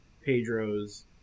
pedro's